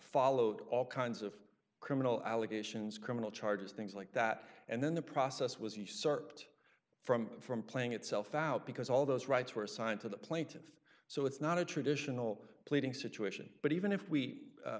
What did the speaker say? followed all kinds of criminal allegations criminal charges things like that and then the process was the circuit from from playing itself out because all those rights were assigned to the plaintiff so it's not a traditional pleading situation but even if we